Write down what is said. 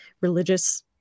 religious